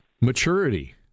maturity